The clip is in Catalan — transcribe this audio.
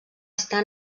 estar